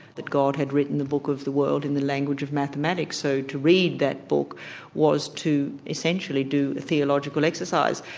that god had written the book of the world in the language of mathematics, so to read that book was to essentially do a theological exercise.